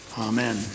Amen